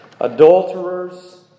adulterers